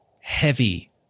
heavy